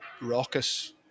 raucous